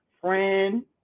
Friend